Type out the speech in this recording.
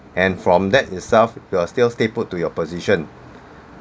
and from that itself you're still stay put to your position